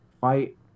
fight